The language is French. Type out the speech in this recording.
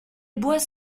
bois